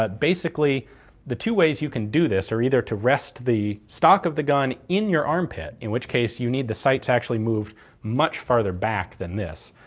but basically the two ways you can do this are either to rest the stock of the gun in your armpit, in which case you need the sights actually moved much farther back than this,